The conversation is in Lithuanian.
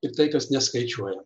ir tai kas neskaičiuojama